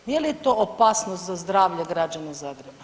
Nije li to opasnost za zdravlje građana Zagreba?